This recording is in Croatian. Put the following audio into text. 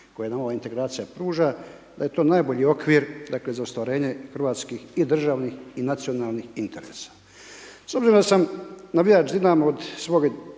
koje nam ova integracija pruža, da je to najbolji okvir dakle za ostvarenje hrvatskih i državnih i nacionalnih interesa. S obzirom da sam navijač Dinama od svog